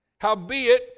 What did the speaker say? Howbeit